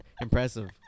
impressive